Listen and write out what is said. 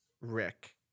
Rick